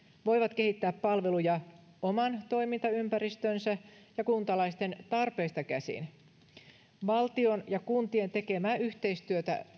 voivat kehittää palveluja oman toimintaympäristönsä ja kuntalaisten tarpeista käsin tässä myös vahvistetaan valtion ja kuntien tekemää yhteistyötä